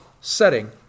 setting